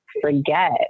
forget